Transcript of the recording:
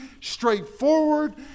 straightforward